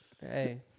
Hey